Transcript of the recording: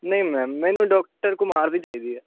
ਨਹੀਂ ਮੈ ਮੈਨੂੰ ਡਾਕਟਰ ਘੁਮਾਰ ਦੀ ਚਾਹੀਦੀ ਹੈ